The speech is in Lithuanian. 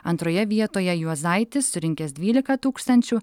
antroje vietoje juozaitis surinkęs dvylika tūkstančių